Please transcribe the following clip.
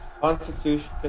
Constitution